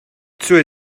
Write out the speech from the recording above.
zur